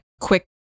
quick